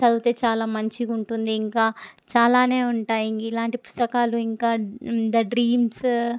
చదివితే చాలా మంచిగా ఉంటుంది ఇంకా చాలానే ఉంటాయి ఇంక ఇలాంటి పుస్తకాలు ఇంకా ద డ్రీమ్స్